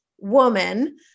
woman